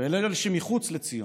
ולאלה שמחוץ לציון.